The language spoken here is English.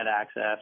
access